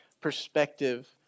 perspective